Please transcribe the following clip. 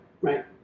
right